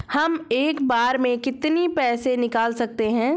हम एक बार में कितनी पैसे निकाल सकते हैं?